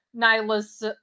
nyla's